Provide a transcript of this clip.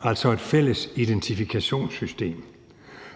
altså et fælles identifikationssystem,